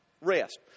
Rest